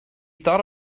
thought